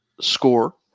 score